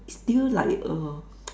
still like err